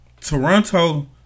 Toronto